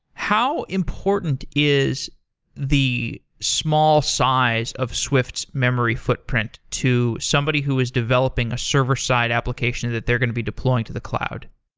how important is the small size of swift's memory footprint to somebody who is developing a server-side application that they're going to be deploying to the cloud?